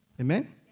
Amen